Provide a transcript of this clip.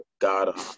God